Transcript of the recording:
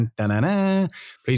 Please